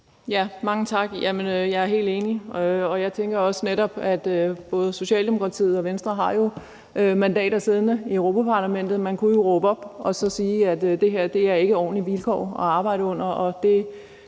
Mange tak. Jeg er helt enig, og jeg tænker også, at netop både Socialdemokratiet og Venstre jo har mandater siddende i Europa-Parlamentet. Man kunne jo råbe op og sige, at det her ikke er ordentlige vilkår at arbejde under,